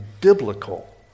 biblical